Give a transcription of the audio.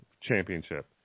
championship